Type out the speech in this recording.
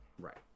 Right